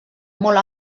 molt